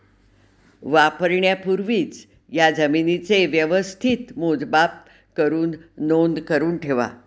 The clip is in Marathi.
वापरण्यापूर्वी या जमीनेचे व्यवस्थित मोजमाप करुन नोंद करुन ठेवा